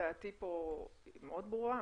דעתי פה מאוד ברורה.